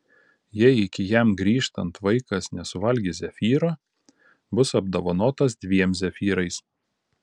jei iki jam grįžtant vaikas nesuvalgys zefyro bus apdovanotas dviem zefyrais